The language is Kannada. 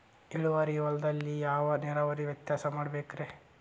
ಇಳುವಾರಿ ಹೊಲದಲ್ಲಿ ಯಾವ ನೇರಾವರಿ ವ್ಯವಸ್ಥೆ ಮಾಡಬೇಕ್ ರೇ?